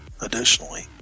Additionally